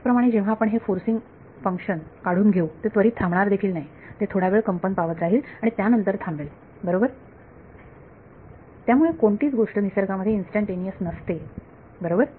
त्याचप्रमाणे जेव्हा आपण हे फॉर्सिंग फंक्शन काढून घेऊ ते त्वरित थांबणार नाही ते थोडा वेळ कंपन पावत राहील आणि त्यानंतर थांबेल बरोबर त्यामुळे कोणतीच गोष्ट निसर्गामध्ये इन्स्टंटेनिअस नसते बरोबर